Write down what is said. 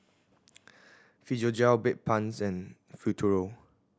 Physiogel Bedpans and Futuro